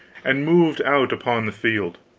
and moved out upon the field.